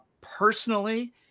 personally